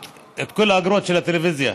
את כל האגרות של הטלוויזיה.